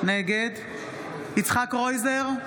נגד יצחק קרויזר,